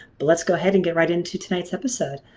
but let's go ahead and get right into tonight's episode.